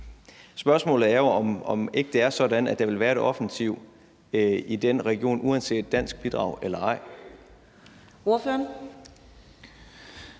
spørgsmålet er jo, om ikke det er sådan, at der vil være en offensiv i den region uanset dansk bidrag eller ej.